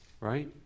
right